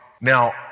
Now